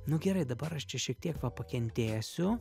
nu gerai dabar aš čia šiek tiek va pakentėsiu